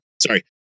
sorry